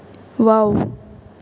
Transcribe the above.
wow